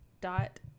Dot